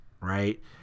right